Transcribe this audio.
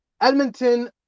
Edmonton